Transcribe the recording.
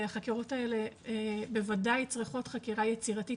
החקירות האלה בודאי צריכות חקירה יצירתית